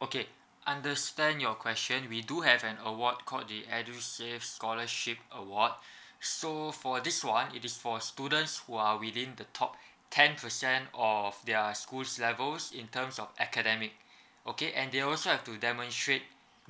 okay understand your question we do have an award called the edusave scholarship award so for this [one] it is for students who are within the top ten percent of their schools levels in terms of academic okay and they also have to demonstrate